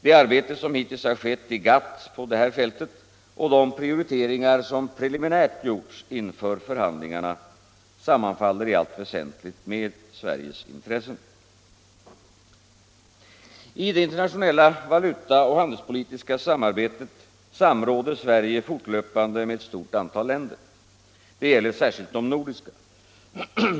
Det arbete, som hittills skett i GATT på detta fält och de prioriteringar som preliminärt gjorts inför förhandlingarna, sammanfaller i allt väsentligt med Sveriges intressen. I det internationella valutaoch handelspolitiska samarbetet samråder Sverige fortlöpande med ett stort antal länder. Detta gäller särskilt de nordiska.